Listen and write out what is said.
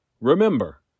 Remember